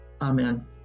Amen